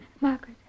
Margaret